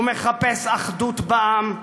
הוא מחפש אחדות בעם,